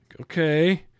Okay